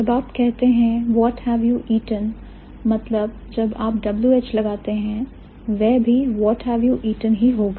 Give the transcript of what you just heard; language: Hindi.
जब आप कहते हैं what have you eaten मतलब जब आप WH लगाते हैं वह भी what have you eaten ही होगा